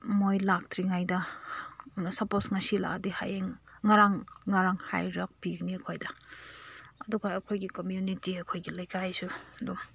ꯃꯣꯏ ꯂꯥꯛꯇ꯭ꯔꯤꯉꯥꯏꯗ ꯁꯄꯣꯖ ꯉꯁꯤ ꯂꯥꯛꯑꯒꯤ ꯍꯌꯦꯡ ꯉꯔꯥꯡ ꯉꯔꯥꯡ ꯍꯥꯏꯔꯛꯄꯤꯒꯅꯤ ꯑꯩꯈꯣꯏꯗ ꯑꯗꯨꯒ ꯑꯩꯈꯣꯏꯒꯤ ꯀꯃ꯭ꯌꯨꯅꯤꯇꯤ ꯑꯩꯈꯣꯏꯒꯤ ꯂꯩꯀꯥꯏꯁꯨ ꯑꯗꯨ